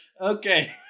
Okay